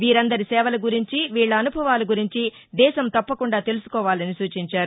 వీరందరి సేవల గురించీ వీళ్ళ అనుభవాల గురించి దేశం తప్పకుండా తెలుసుకోవాలని సూచించారు